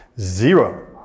zero